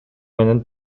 менен